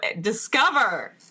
discover